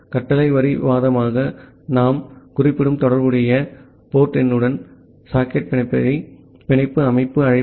command line வாதமாக நாம் குறிப்பிடும் தொடர்புடைய போர்ட் எண்ணுடன் சாக்கெட்டை பிணைப்பதே பிணைப்பு அமைப்பு அழைப்பு